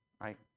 right